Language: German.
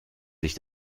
sich